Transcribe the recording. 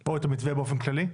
או את המתווה באופן כללי?